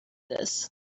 this